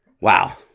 Wow